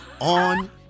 on